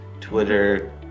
Twitter